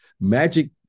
Magic